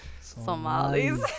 Somalis